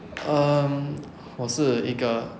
um 我是一个